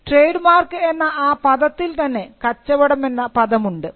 trade mark എന്ന ആ പദത്തിൽ തന്നെ കച്ചവടം എന്ന പദം ഉണ്ട്